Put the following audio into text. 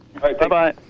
Bye-bye